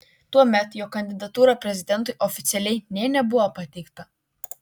tuomet jo kandidatūra prezidentui oficialiai nė nebuvo pateikta